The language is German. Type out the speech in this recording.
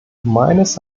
meines